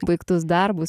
baigtus darbus